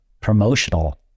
promotional